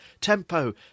tempo